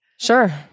Sure